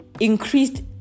increased